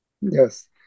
Yes